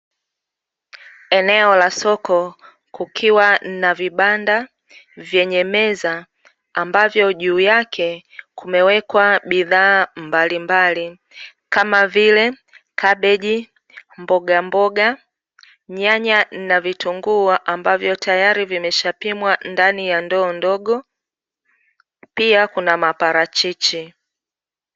Eneo la soko kukiwa na vibanda vyenye meza ambavyo juu yake kumewekwa bidhaa mbalimbali, kama vile: kabeji, mbogamboga, nyanya, na vitunguu ambavyo tayari vimeshapimwa ndani ya ndoo ndogo, pia kuna maparachichi.